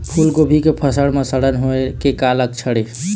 फूलगोभी के फसल म सड़न होय के लक्षण का ये?